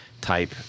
type